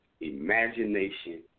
imagination